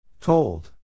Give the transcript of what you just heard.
Told